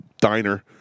diner